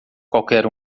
qualquer